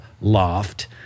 loft